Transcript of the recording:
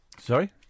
Sorry